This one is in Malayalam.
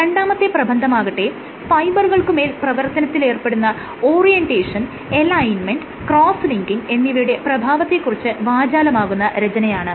രണ്ടാമത്തെ പ്രബന്ധമാകട്ടെ ഫൈബറുകൾക്ക് മേൽ പ്രവർത്തനത്തിൽ ഏർപ്പെടുന്ന ഓറിയന്റേഷൻ അലൈൻമെന്റ് ക്രോസ്സ് ലിങ്കിങ് എന്നിവയുടെ പ്രഭാവത്തെ കുറിച്ച് വാചാലമാകുന്ന രചനയാണ്